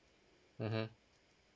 mmhmm